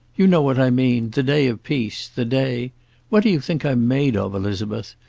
you know what i mean. the day of peace. the day what do you think i'm made of, elizabeth?